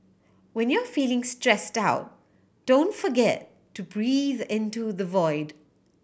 when you are feeling stressed out don't forget to breathe into the void